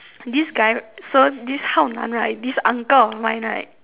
this guy so this hao nan right this uncle of mine right